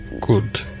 Good